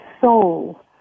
soul